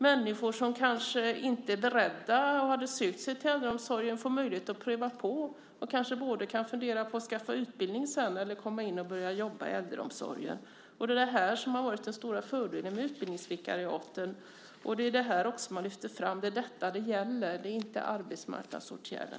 Människor som annars kanske inte skulle ha sökt sig till äldreomsorgen får möjlighet att pröva på det och kan fundera på att skaffa utbildning eller att börja jobba i äldreomsorgen. Detta har varit den stora fördelen med utbildningsvikariaten, och det är detta som det gäller - inte arbetsmarknadsåtgärder.